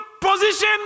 position